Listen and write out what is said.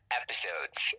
episodes